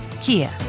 Kia